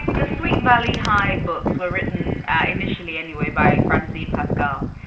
the sweet valley high books were written initially anyway by francine pascal,